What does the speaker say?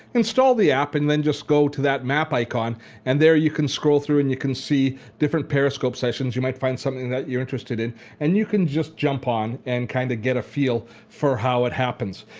install the app and then just go to that map icon and there you can scroll through and you can see different periscope sessions. you might find something that you're interested in and you can just jump on and kind of get a feel for how it happens.